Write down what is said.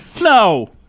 No